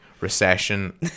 Recession